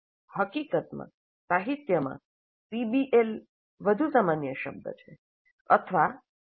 હકીકતમાં સાહિત્યમાં પીબીએલ વધુ સામાન્ય શબ્દ છે અથવા પીઆરબીએલ